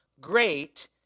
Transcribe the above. great